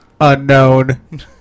Unknown